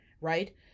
right